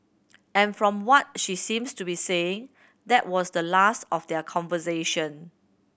and from what she seems to be saying that was the last of their conversation